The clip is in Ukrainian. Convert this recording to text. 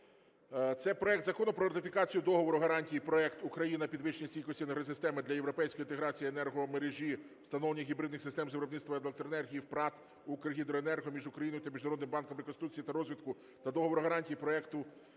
це проект Закону про ратифікацію Договору гарантії (Проект "Україна-Підвищення стійкості енергосистеми для європейської інтеграції енергомережі (Встановлення гібридних систем з виробництва електроенергії з ПрАТ "Укргідроенерго") між Україною та Міжнародним банком реконструкції та розвитку та Договору гарантії (Проекту